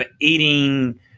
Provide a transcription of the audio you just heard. eating